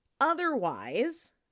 Otherwise